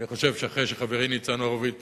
אני חושב שאחרי שחברי ניצן הורוביץ